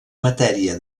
matèria